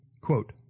Quote